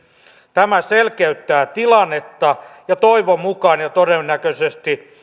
tämä selkeyttää tilannetta ja toivon mukaan ja todennäköisesti